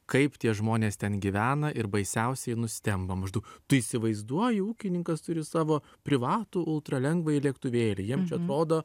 kaip tie žmonės ten gyvena ir baisiausiai nustemba maždaug tu įsivaizduoji ūkininkas turi savo privatų ultralengvąjį lėktuvėlį jiem čia atrodo